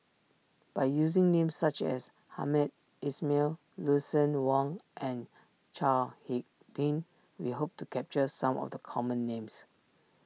by using names such as Hamed Ismail Lucien Wang and Chao Hick Tin we hope to capture some of the common names